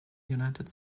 united